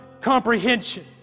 comprehension